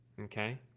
okay